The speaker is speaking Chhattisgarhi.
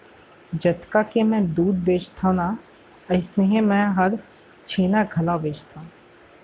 जतका के मैं दूद बेचथव ना अइसनहे मैं हर छेना घलौ बेचथॅव